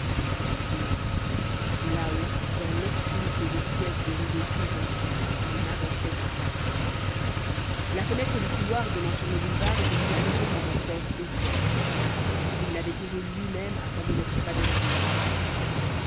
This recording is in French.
non là-haut dans l'obscurité des pièces aux rideaux tirés on avançait à tâtons la fenêtre du couloir donnant sur le boulevard était protégée par un store épais il l'avait tiré luimême afin de n'être pas dérangé cette nuit